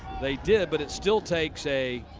they did. but it still takes a